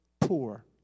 poor